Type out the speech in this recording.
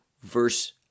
Verse